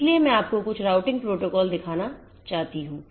इसलिए मैं आपको कुछ राउटिंग प्रोटोकॉल दिखाना चाहती हूँ